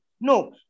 No